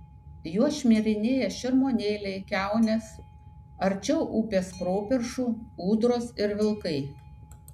juo šmirinėja šermuonėliai kiaunės arčiau upės properšų ūdros ir vilkai